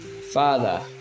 Father